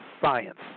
science